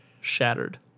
Shattered